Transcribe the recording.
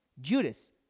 Judas